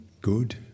good